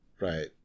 Right